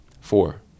Four